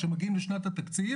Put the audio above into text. כשמגיעים לשנת התקציב,